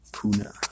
Puna